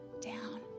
down